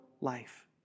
life